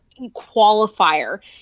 qualifier